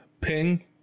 ping